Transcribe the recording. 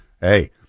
Hey